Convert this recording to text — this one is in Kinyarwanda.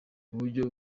uburyo